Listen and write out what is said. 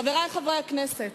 חברי חברי הכנסת,